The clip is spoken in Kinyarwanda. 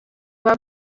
aba